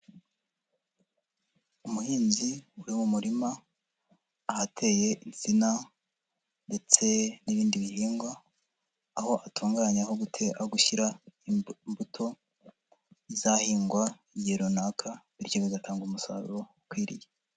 Umuhinzi uri mu murima, ahateye insina, ndetse n'ibindi bihingwa, aho atunganya ho gutera gushyira imbuto zizahingwa igihe runaka, bityo bigatanga umusaruro ukwiriye.